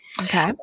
Okay